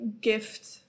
gift